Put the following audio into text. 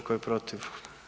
Tko je protiv?